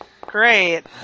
Great